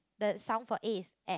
the sound for A is air